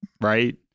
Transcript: right